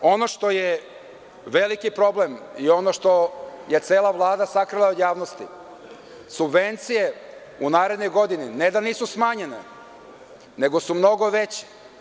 Prvo, ono što je veliki problem i što je cela Vlada sakrila od javnosti, subvencije u narednoj godini, ne da nisu smanjene, nego su mnogo veće.